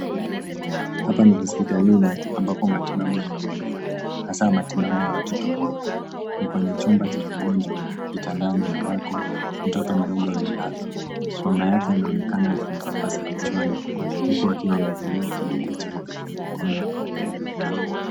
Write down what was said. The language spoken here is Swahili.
Hapa ni hospitalini ambapo matibabu yanaendelea hasa matibabu ya watoto wadogo . Ni kwenye chumba cha wagonjwa kitandani ambako mtoto mdogo amelazwa. Mama yake anaonekana akimpapasa kichwani huku akiwa amevalia kidude cheupe kwenye mkono wake wa kulia.